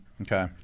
okay